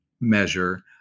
measure